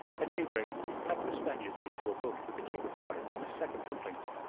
at daybreak pack the spaniards into a boat with a keg of water and a sack of dumplings,